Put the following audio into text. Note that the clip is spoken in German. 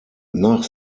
nach